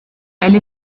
elle